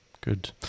Good